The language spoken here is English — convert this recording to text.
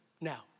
Now